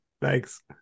thanks